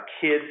kids